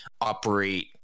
operate